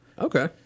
Okay